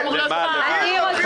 אי אפשר ככה.